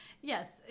Yes